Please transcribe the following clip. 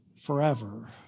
Forever